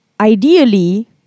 Ideally